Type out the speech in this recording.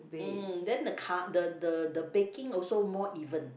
mm then the ca~ the the the baking also more even